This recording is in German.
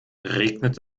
regnet